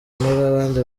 rw’abandi